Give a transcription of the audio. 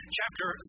chapter